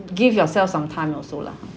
give yourself some time also lah